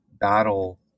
battle